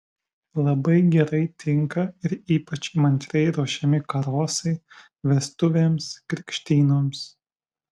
labai gerai tinka ir ypač įmantriai ruošiami karosai vestuvėms krikštynoms